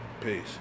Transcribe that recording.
Peace